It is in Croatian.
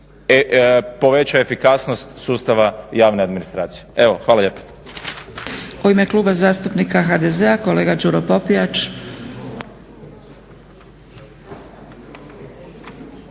poveća efikasnost sustava javne administracije. Hvala lijepo.